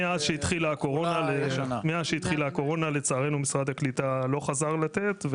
מאז שהתחילה הקורונה לצערנו משרד העלייה והקליטה לא חזר לתת,